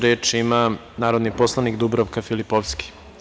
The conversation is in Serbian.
Reč ima narodni poslanik Dubravka Filipovski.